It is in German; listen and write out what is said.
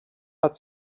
hat